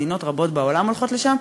מדינות רבות בעולם הולכות לשם,